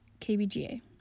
KBGA